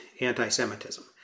anti-Semitism